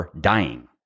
dying